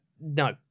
no